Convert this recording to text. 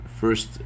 first